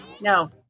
No